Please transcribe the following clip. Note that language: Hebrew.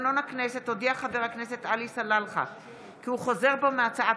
לתקנון הכנסת הודיע חבר הכנסת עלי סלאלחה כי הוא חוזר בו מהצעת